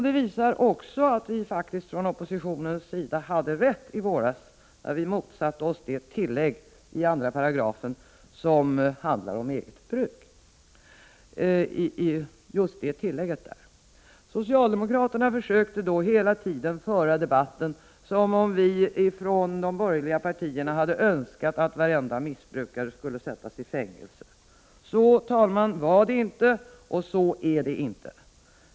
Det visar också att vi faktiskt från oppositionens sida hade rätt i våras, när vi motsatte oss det tillägg i 2 § som handlar om eget bruk. Socialdemokraterna försökte då hela tiden föra debatten som om vi från de borgerliga partierna hade önskat att varenda missbrukare skulle sättas i fängelse. Så var det inte, och så är det inte.